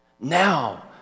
Now